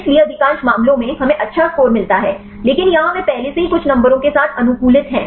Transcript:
इसलिए अधिकांश मामलों में हमें अच्छा स्कोर मिलता है लेकिन यहां वे पहले से ही कुछ नंबरों के साथ अनुकूलित हैं